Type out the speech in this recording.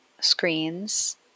screens